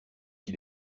qui